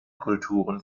kulturen